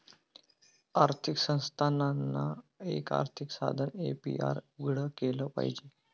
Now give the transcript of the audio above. आर्थिक संस्थानांना, एक आर्थिक साधन ए.पी.आर उघडं केलं पाहिजे